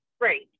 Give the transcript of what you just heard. great